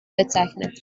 bezeichnet